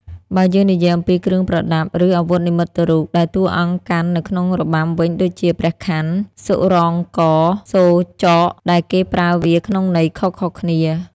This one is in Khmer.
បើយើងនិយាយអំពីគ្រឿងប្រដាប់ ឬអាវុធនិមិត្តរូប ដែលតួអង្គកាន់នៅក្នុងរបាំវិញដូចជា ព្រះខ័ន សុរ៉ងក សូរចក ដែលគេប្រើវាក្នុងន័យខុសៗគ្នា។